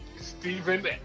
Stephen